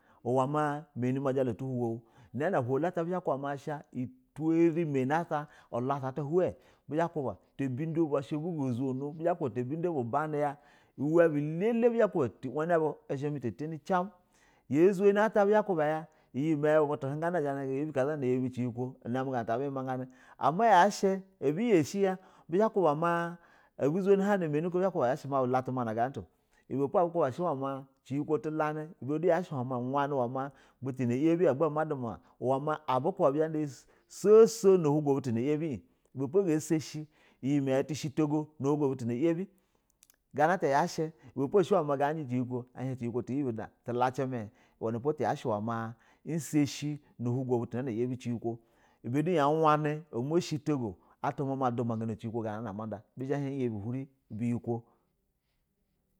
Uwɛ ma manɛ majala tu uhuwu nana a hulu ata turun mani mata buzha ba kuba ta bunda bu asha bu go zono bizha ba kuba ta bindo bu nanɛ ya uwɛ bu lɛlɛ ya bɛ zha ba kuba azamiyama uyɛmaya bub utu hungani bizha bah in gayibɛ kazabana yabi enuko una mɛ ta bu yɛma gajɛ, ama yashɛ abu yashɛ ya abu zuni howin nɛ mani uzhashɛ ma bu la tumana gana ata o ibɛ po shɛ uwa ma ciyiko tu lani ibɛ du yashɛ uwɛ ma butu na yabɛ agba ma duma butu na yaabi soso na olugo butuna yabɛ in, uwɛ napo ba sɛshɛ na olugo butu na yabɛ gana ata yashɛ wɛnɛpo ada ga jɛn ciwuko buyɛ bɛ hin tu lacin mɛ wanipo use shɛ na olugo butu na yabɛ cihi ko ibɛ du ya wanɛ ida ama shɛ to go atwa ma ma duma ga na awuko tuna ama ada bɛzhɛ ba hɛ iyɛ bɛ oyula ga hurɛ biyɛ kwo.